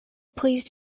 pleased